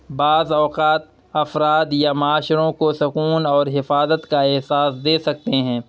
بعض اوقات افراد یا معاشروں کو سکون اور حفاظت کا احساس دے سکتے ہیں